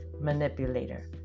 manipulator